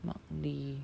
mark lee